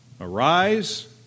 Arise